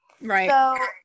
Right